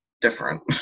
different